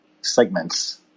segments